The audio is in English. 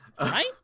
Right